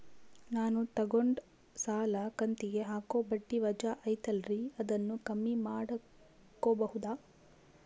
ನಾನು ತಗೊಂಡ ಸಾಲದ ಕಂತಿಗೆ ಹಾಕೋ ಬಡ್ಡಿ ವಜಾ ಐತಲ್ರಿ ಅದನ್ನ ಕಮ್ಮಿ ಮಾಡಕೋಬಹುದಾ?